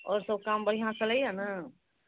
आओर सभ काम बढ़िआँ चलैए ने